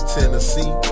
Tennessee